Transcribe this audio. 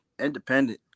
Independent